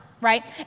right